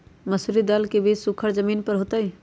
मसूरी दाल के बीज सुखर जमीन पर होतई?